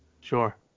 Sure